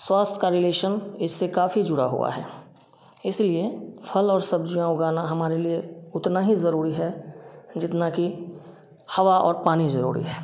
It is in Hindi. स्वास्थ्य का रिलेशन इससे काफ़ी जुड़ा हुआ है इसलिए फ़ल और सब्जियाँ उगाना हमारे लिए उतना ही ज़रूरी है जितना कि हवा और पानी ज़रूरी है